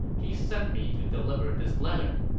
he sent me to deliver this letter.